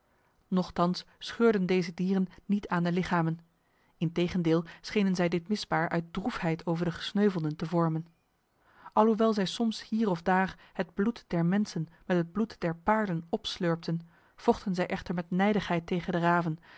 nochtans scheurden deze dieren niet aan de lichamen integendeel schenen zij dit misbaar uit droefheid over de gesneuvelden te vormen alhoewel zij soms hier of daar het bloed der mensen met het bloed der paarden opslurpten vochten zij echter met nijdigheid tegen de raven